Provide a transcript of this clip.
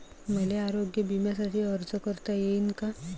मले आरोग्य बिम्यासाठी अर्ज करता येईन का?